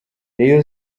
rayon